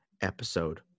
episode